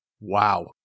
Wow